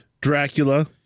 Dracula